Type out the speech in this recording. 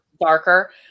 Darker